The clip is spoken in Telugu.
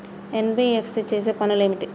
ఎన్.బి.ఎఫ్.సి చేసే పనులు ఏమిటి?